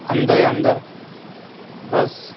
اندر ہی اندر بس